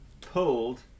pulled